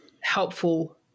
helpful